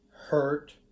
hurt